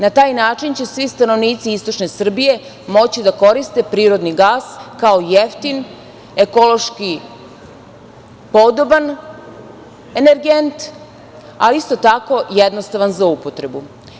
Na taj način će svi stanovnici istočne Srbije moći da koriste prirodni gas kao jeftin, ekološki podoban energent, a isto tako jednostavan za upotrebu.